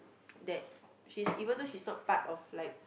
that she's even though she's not part of like